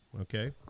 okay